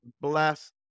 bless